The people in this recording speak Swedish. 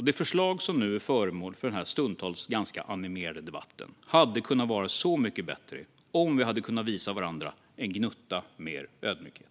Det förslag som nu är föremål för den här stundtals ganska animerade debatten hade kunnat vara så mycket bättre om vi hade kunnat visa varandra en gnutta mer ödmjukhet.